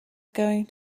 going